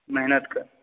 मेहनत